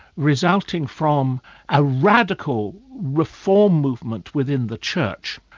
resulting from a radical reform movement within the church,